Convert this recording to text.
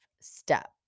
step